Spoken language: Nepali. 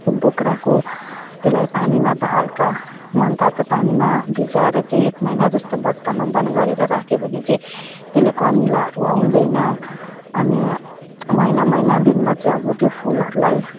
बोक्राको त्यसलाई पानीमा हल्का मन तातो पानीमा भिजाएर चाहिँ एक महिना जस्तो बट्टामा बन्द गरेर राख्यो भने चाहिँ त्यसले कमिलाहरू आउँदैन अनि महिना महिना दिनमा चाहिँ अब त्यो फुलहरूलाई